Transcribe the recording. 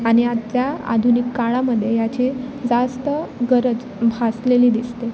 आणि आत्ता आधुनिक काळामध्ये याची जास्त गरज भासलेली दिसते